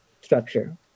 structure